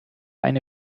eine